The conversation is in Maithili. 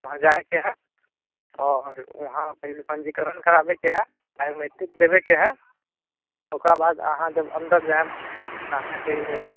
वहाँ जाइके हइ आओर वहाँ पहले पञ्जीकरण कराबैके हइ बायोमेट्रिक देबैके हइ ओकर बाद अहाँ जब अन्दर जाइब तऽ अहाँके